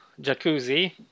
jacuzzi